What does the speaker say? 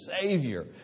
Savior